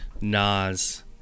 Nas